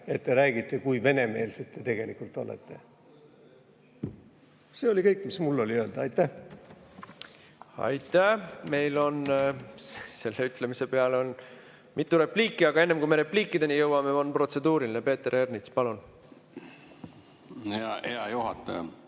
et te räägite, kui venemeelsed te tegelikult olete. See oli kõik, mis mul oli öelda. Aitäh! Aitäh! Meil on selle ütlemise peale mitu repliiki, aga enne, kui me repliikideni jõuame, on protseduuriline. Peeter Ernits, palun! Aitäh!